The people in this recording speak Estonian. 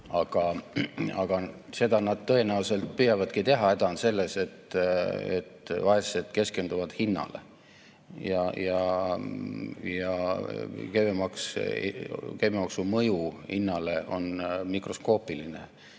Aga seda nad tõenäoliselt püüavadki teha. Häda on selles, et vaesed keskenduvad hinnale ja käibemaksu mõju hinnale on mikroskoopiline,